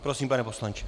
Prosím, pane poslanče.